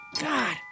God